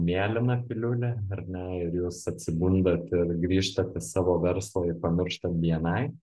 mėlyna piliulė ar ne ir jūs atsibundat ir grįžtat į savo verslą ir pamirštat bni